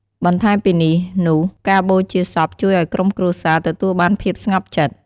បន្ថែមពីនេះនុះការបូជាសពជួយអោយក្រុមគ្រួសារទទួលបានភាពស្ងប់ចិត្ត។